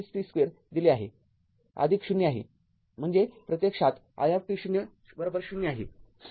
म्हणजे प्रत्यक्षात i ० आहे